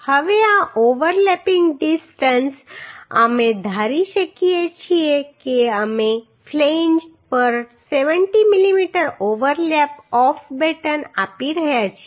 હવે આ overlapping distance અમે ધારી શકીએ છીએ કે અમે ફ્લેંજ્સ પર 70 mm ઓવરલેપ ઓફ બેટન આપી રહ્યા છીએ